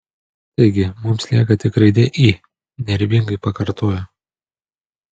taigi mums lieka tik raidė i nervingai pakartojo